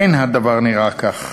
אין הדבר נראה כך.